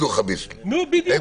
בדיוק.